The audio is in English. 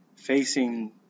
facing